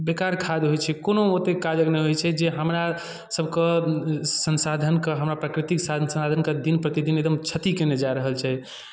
बेकार खाद होइ छै कोनो ओतेक काजक नहि होइ छै जे हमरा सभके संसाधनकेँ हमरा प्रकृतिके संसाधनकेँ दिन प्रतिदिन एकदम क्षति केने जा रहल छै